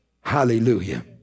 Hallelujah